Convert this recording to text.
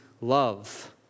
love